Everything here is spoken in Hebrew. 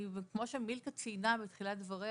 כמו שמילכה ציינה בתחילת דבריה,